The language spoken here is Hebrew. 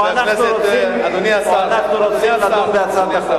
או שאנחנו רוצים לדון בהצעת החוק?